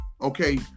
okay